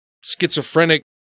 schizophrenic